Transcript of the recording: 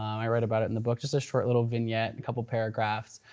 i wrote about it in the book, just a short little vignette, couple paragraphs,